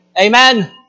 Amen